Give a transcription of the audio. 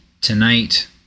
tonight